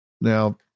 Now